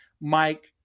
Mike